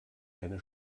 eine